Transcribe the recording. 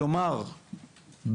כלומר,